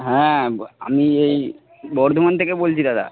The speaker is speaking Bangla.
হ্যাঁ আমি এই বর্ধমান থেকে বলছি দাদা